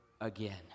again